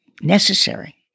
necessary